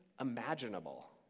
imaginable